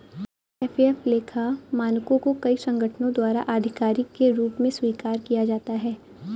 FAF लेखा मानकों को कई संगठनों द्वारा आधिकारिक के रूप में स्वीकार किया जाता है